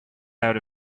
out